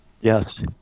Yes